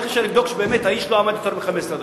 איך אפשר לבדוק שבאמת האיש לא עמד יותר מ-15 דקות?